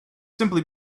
simply